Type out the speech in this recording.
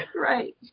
Right